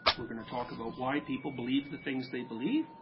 we're going to talk about why people believe the things they believe.